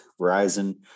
Verizon